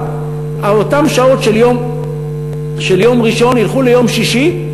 אותן שעות של יום ראשון ילכו ליום שישי,